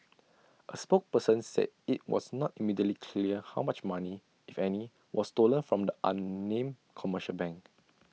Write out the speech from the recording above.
A spokesperson said IT was not immediately clear how much money if any was stolen from the unnamed commercial bank